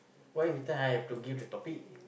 why every time I have to give the topic